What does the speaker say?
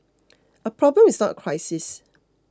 a problem is not a crisis